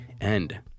end